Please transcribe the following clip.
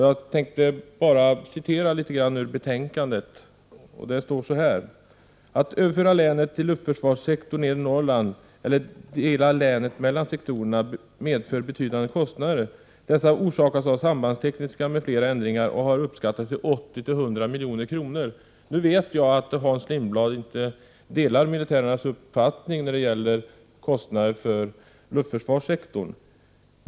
Jag skall citera litet ur betänkandet. Det står bl.a. följande: ”Att överföra länet till luftförsvarssektor Nedre Norrland eller dela länet mellan sektorerna medför betydande kostnader. Dessa orsakas av sambandstekniska m.fl. ändringar och har uppskattats till 80—100 milj.kr.” Nu vet jag att Hans Lindblad inte delar militärernas uppfattning när det gäller kostnader för luftförsvarssektorn.